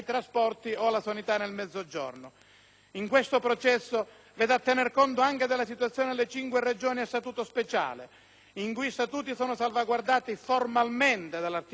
In questo processo, si dovrà tener conto anche della situazione delle cinque Regioni a statuto speciale, i cui statuti sono salvaguardati formalmente dall'articolo 24. Tale salvaguardia,